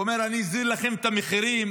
ואומר: אני אוזיל לכם את המחירים,